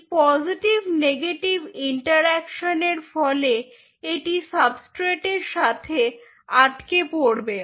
এই positive negative interaction এর ফলে এটি সাবস্ট্রেটের সাথে আটকে পড়বে